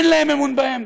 אין להם אמון בהם,